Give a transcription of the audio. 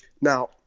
Now